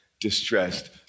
distressed